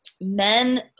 Men